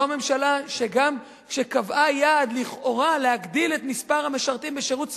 זו ממשלה שגם כשקבעה יעד לכאורה להגדיל את מספר המשרתים בשירות צבאי,